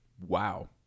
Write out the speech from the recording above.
Wow